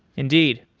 indeed.